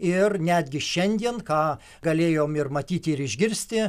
ir netgi šiandien ką galėjom ir matyti ir išgirsti